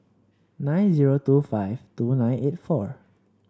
nine zero two five two nine eight four